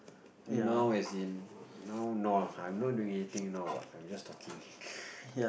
now as in now no I'm not doing anything now what I'm just talking